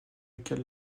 lequel